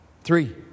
Three